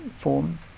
form